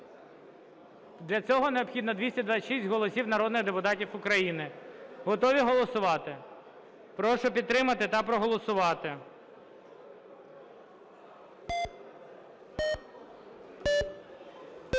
Для цього необхідно 226 голосів народних депутатів України. Готові голосувати? Прошу підтримати та проголосувати.